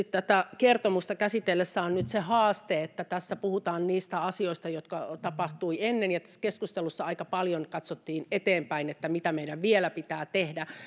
tätä kertomusta käsitellessä tietysti on nyt se haaste että tässä puhutaan niistä asioista jotka tapahtuivat ennen ja tässä keskustelussa aika paljon katsottiin eteenpäin mitä meidän vielä pitää tehdä